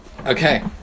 Okay